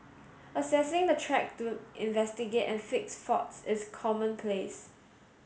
accessing the track to investigate and fix faults is commonplace